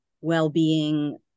well-being